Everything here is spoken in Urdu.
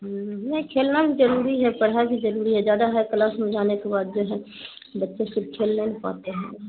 نہیں کھیلنا بھی ضروری ہے پڑھائی بھی ضروری ہے زیادہ ہائی کلاس میں جانے کے بعد جو ہے بچے صرف کھیلنے نہیں پاتے ہیں